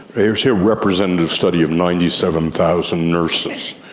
there's a representative study of ninety seven thousand nurses, a